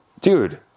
Dude